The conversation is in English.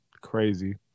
crazy